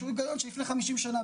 שהוא היגיון של לפני 50 שנה,